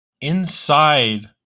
inside